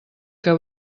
que